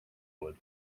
wood